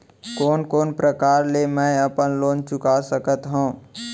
कोन कोन प्रकार ले मैं अपन लोन चुका सकत हँव?